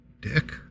Dick